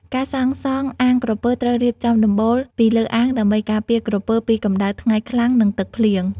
ការសាងសងអាងក្រពើត្រូវរៀបចំ ដំបូល ពីលើអាងដើម្បីការពារក្រពើពីកម្ដៅថ្ងៃខ្លាំង និងទឹកភ្លៀង។